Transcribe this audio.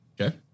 Okay